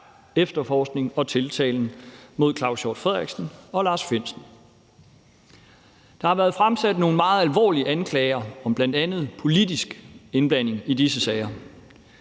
efterforskningen og tiltalen mod Claus Hjort Frederiksen og Lars Findsen. Der har været fremsat nogle meget alvorlige anklager om bl.a. politisk indblanding i disse sager.